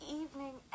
evening